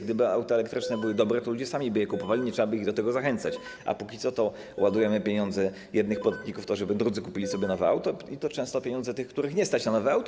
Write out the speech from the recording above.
Gdyby auta elektryczne były dobre, to ludzie sami by je kupowali, nie trzeba by ich do tego zachęcać, a póki co ładujemy pieniądze jednych podatników w to, żeby drudzy kupili sobie nowe auto, i to często pieniądze tych, których nie stać na nowe auto.